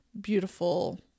beautiful